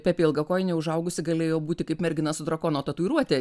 pepė ilgakojinė užaugusi galėjo būti kaip mergina su drakono tatuiruote